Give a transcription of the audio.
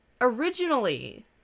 Originally